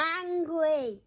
angry